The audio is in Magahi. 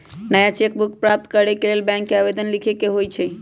नया चेक बुक प्राप्त करेके लेल बैंक के आवेदन लीखे के होइ छइ